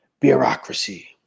bureaucracy